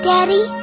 Daddy